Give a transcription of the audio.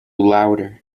louder